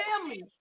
family